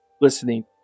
listening